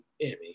Emmy